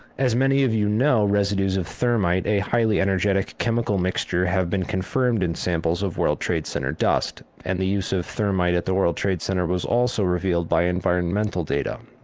as many of you know, residues of thermite, a highly energetic chemical mixture, have been confirmed in samples of world trade center dust and the use of thermite at the world trade center was also revealed by environmental data.